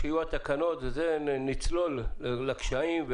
כשיהיו התקנות נצלול לקשיים,